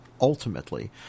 ultimately